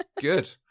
Good